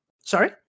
Sorry